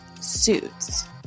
Suits